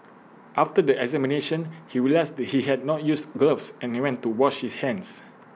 after the examination he realised he had not used gloves and went to wash his hands